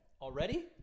Already